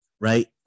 right